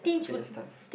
fitness stuff